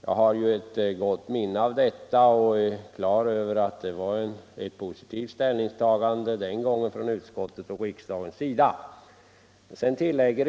Jag har detta i gott minne och är klar över att det var ett positivt ställningstagande som utskottet och riksdagen den gången gjorde.